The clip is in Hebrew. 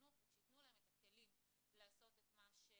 חינוך וכשייתנו להם את הכלים לעשות את מה שצריך.